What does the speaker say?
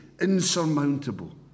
insurmountable